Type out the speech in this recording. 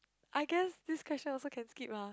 I guess this question also can skip lah